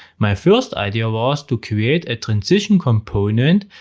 my first idea was to create a transition component,